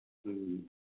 ꯎꯝ